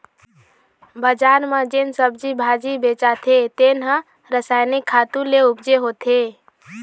बजार म जेन सब्जी भाजी बेचाथे तेन ह रसायनिक खातू ले उपजे होथे